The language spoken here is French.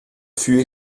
fut